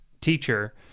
teacher